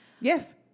Yes